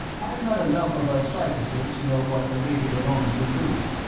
i'm not enough of a psychicist to know what the lady dallona's been doing,